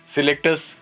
Selectors